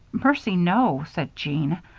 mercy, no, said jean,